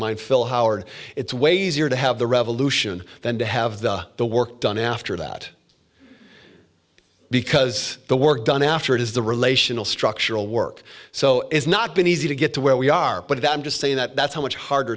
philip howard it's way easier to have the revolution than to have the work done after that because the work done after it is the relational structural work so it's not been easy to get to where we are but i'm just saying that that's how much harder